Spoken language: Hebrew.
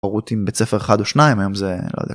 הורות עם בית ספר אחד או שניים היום זה לא יודע.